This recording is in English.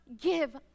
give